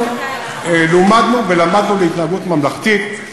אנחנו לומדנו ולמדנו להתנהגות ממלכתית.